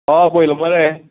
हय पयलो मरे